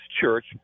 Church